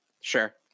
Sure